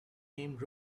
named